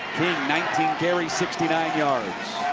nineteen carries, sixty nine yards.